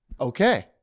Okay